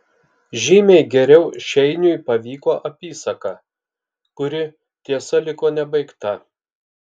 žymiai geriau šeiniui pavyko apysaka kuri tiesa liko nebaigta